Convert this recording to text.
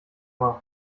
mal